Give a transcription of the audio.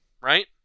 right